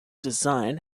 design